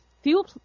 Fuel